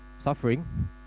suffering